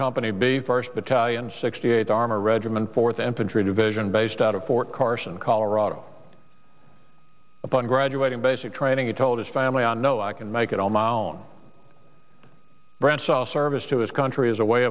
company b first battalion sixty eight armor regiment fourth infantry division based out of fort carson colorado upon graduating basic training i told his family i know i can make it on my own branch of service to his country as a way